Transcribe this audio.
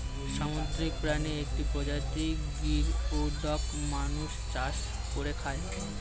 সামুদ্রিক প্রাণীর একটি প্রজাতি গিওডক মানুষ চাষ করে খায়